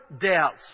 doubts